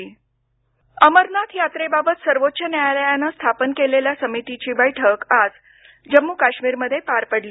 अमरनाथ यात्रा अमरनाथ यात्रेबाबत सर्वोच्च न्यायालयानं स्थापन केलेल्या समितीची बैठक आज जम्मू काश्मीरमध्ये पार पडली